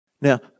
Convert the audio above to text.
Now